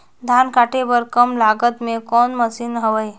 धान काटे बर कम लागत मे कौन मशीन हवय?